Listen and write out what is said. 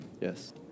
Yes